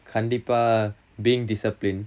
கண்டிப்பா:kandippa being disciplined